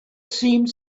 seemed